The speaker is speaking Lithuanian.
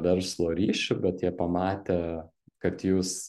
verslo ryšių bet jie pamatę kad jūs